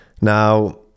Now